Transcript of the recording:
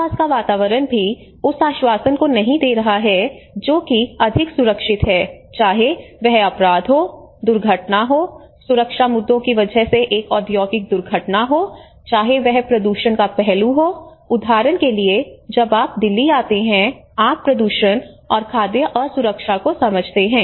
आसपास का वातावरण भी उस आश्वासन को नहीं दे रहा है जो कि अधिक सुरक्षित है चाहे वह अपराध हो दुर्घटना हो सुरक्षा मुद्दों की वजह से एक औद्योगिक दुर्घटना हो चाहे वह प्रदूषण का पहलू हो उदाहरण के लिए जब आप दिल्ली आते हैं आप प्रदूषण और खाद्य असुरक्षा को समझते हैं